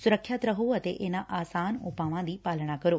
ਸੁਰੱਖਿਅਤ ਰਹੋ ਅਤੇ ਇਨ੍ਨਾਂ ਆਸਾਨ ਉਪਾਵਾਂ ਦੀ ਪਾਲਣਾ ਕਰੋ